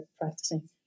practicing